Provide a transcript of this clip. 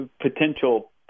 potential